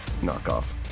knockoff